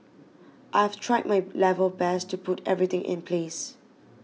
I have tried my level best to put everything in place